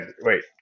Wait